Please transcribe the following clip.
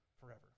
forever